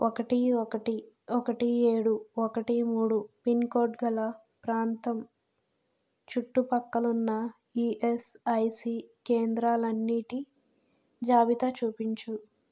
ఒకటి ఒకటి ఒకటి ఏడు ఒకటి మూడు పిన్కోడ్ గల ప్రాంతం చుట్టుప్రక్కలున్న ఈఎస్ఐసి కేంద్రాలన్నిటి జాబితా చూపించు